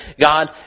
God